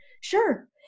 sure